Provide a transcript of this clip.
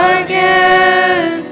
again